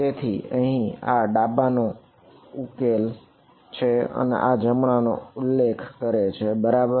તેથી અહીં આ ડાબા નો ઉલ્લેખ કરે છે અને આ જમણા નો ઉલ્લેખ કરે છે બરાબર